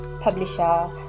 publisher